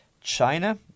China